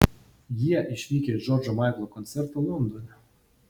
jie išvykę į džordžo maiklo koncertą londone